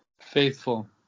faithful